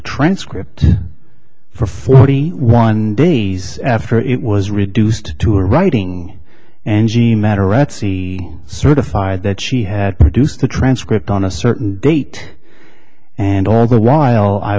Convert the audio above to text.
transcript for forty one days after it was reduced to writing and g matter ratsey certified that she had produced the transcript on a certain date and all the while i